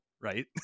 right